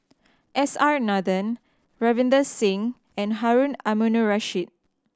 S R Nathan Ravinder Singh and Harun Aminurrashid